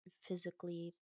physically